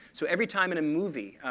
so every time in a movie,